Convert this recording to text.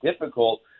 difficult